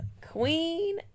Queen